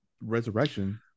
Resurrection